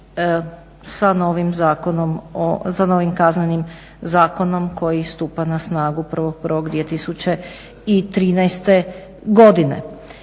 sa novim Kaznenim zakonom koji stupa na snagu 1.01.2013. godine.